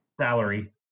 Salary